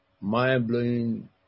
mind-blowing